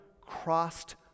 crossed